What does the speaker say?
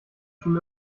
schon